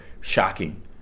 shocking